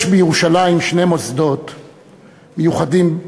יש בירושלים שני מוסדות מיוחדים: